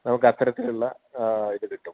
നമുക്ക് അത്തരത്തിലുള്ള ഇത് കിട്ടും